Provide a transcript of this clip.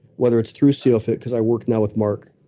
whether it's through sealfit, because i work now with mark,